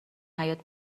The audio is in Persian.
حیاط